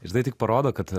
žinai tik parodo kad